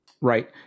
Right